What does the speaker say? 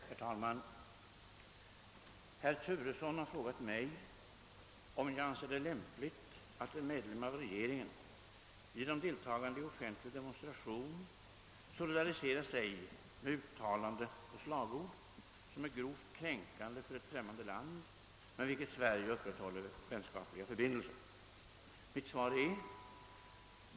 Herr talman! Herr Turesson har frågat mig om jag anser det lämpligt att en medlem av regeringen genom deltagande i offentlig demonstration solida riserar sig med uttalanden och slagord, som är grovt kränkande för ett främmande land med vilket Sverige upprätthåller vänskapliga förbindelser.